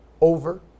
over